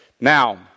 now